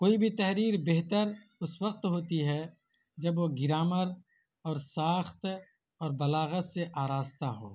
کوئی بھی تحریر بہتر اس وقت ہوتی ہے جب وہ گرامر اور ساخت اور بلاغت سے آراستہ ہو